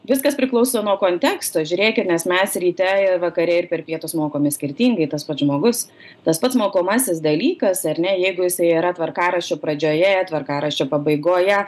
viskas priklauso nuo konteksto žiūrėkit nes mes ryte ir vakare ir per pietus mokomės skirtingai tas pats žmogus tas pats mokomasis dalykas ar ne jeigu jisai yra tvarkaraščio pradžioje tvarkaraščio pabaigoje